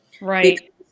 Right